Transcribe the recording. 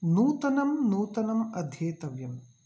नूतनं नूतनम् अध्येतव्यं